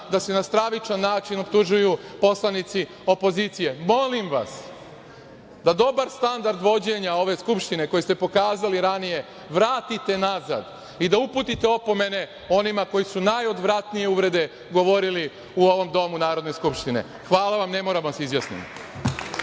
da se na stravičan način optužuju poslanici opozicije. Molim vas, da dobar standard vođenja ove Skupštine, koji ste pokazali ranije, vratite nazad i da uputite opomene onima koji su najodvratnije uvrede govorili u ovom domu Narodne skupštine. Hvala vam. Ne moramo da se izjasnimo.